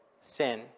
Sin